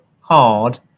hard